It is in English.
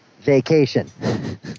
vacation